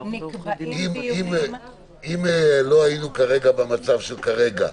נקבעים דיונים --- אם לא היינו במצב שאנחנו נמצאים בו כרגע,